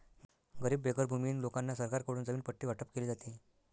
गरीब बेघर भूमिहीन लोकांना सरकारकडून जमीन पट्टे वाटप केले जाते